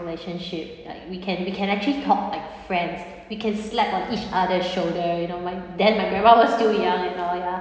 relationship like we can we can actually talk like friends we can slap on each other shoulder you know my then my grandma was still young and all ya